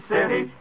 City